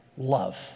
love